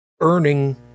earning